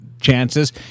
chances